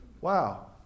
wow